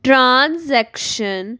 transaction